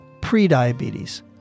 pre-diabetes